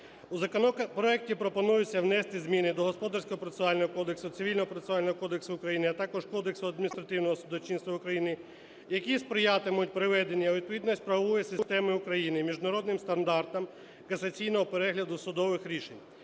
У законопроекті пропонується внести зміни до Господарського процесуального кодексу, Цивільного процесуального кодексу України, а також Кодексу адміністративного судочинства України, які сприятимуть приведення у відповідність правової системи України, міжнародним стандартам касаційного перегляду судових рішень.